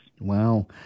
Wow